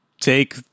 take